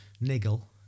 niggle